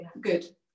good